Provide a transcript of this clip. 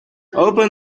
open